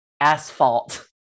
asphalt